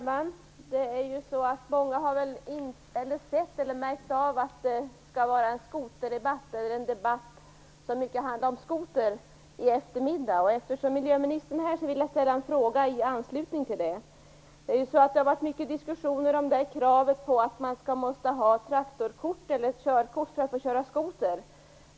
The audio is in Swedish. Herr talman! Många vet säkert att det i eftermiddag blir en debatt som mycket kommer att handla om skotrar. Eftersom miljöministern är här vill jag ställa en fråga i anslutning till denna. Det har varit mycket diskussioner om kravet på traktorkort eller körkort för att få köra skoter.